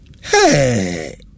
Hey